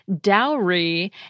dowry